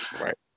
right